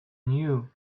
knew